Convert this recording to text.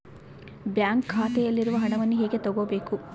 Bank ಖಾತೆಯಲ್ಲಿರುವ ಹಣವನ್ನು ಹೇಗೆ ತಗೋಬೇಕು?